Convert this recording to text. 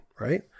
right